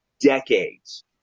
decades